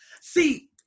See